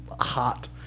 hot